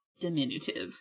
diminutive